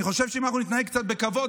אני חושב שאם אנחנו נתנהג קצת בכבוד,